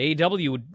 Aw